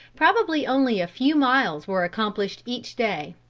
probably only a few miles were accomplished each day.